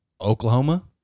Oklahoma